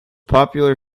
popular